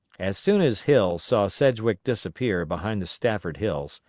as soon as hill saw sedgwick disappear behind the stafford hills,